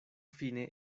fine